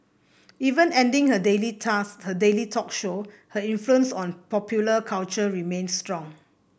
even ending her daily task her daily talk show her influence on popular culture remains strong